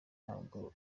nabwo